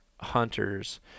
hunters